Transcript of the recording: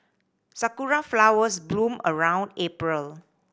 sakura flowers bloom around April